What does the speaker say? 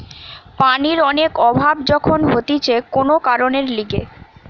পানির অনেক অভাব যখন হতিছে কোন কারণের লিগে